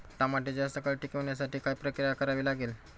टमाटे जास्त काळ टिकवण्यासाठी काय प्रक्रिया करावी लागेल?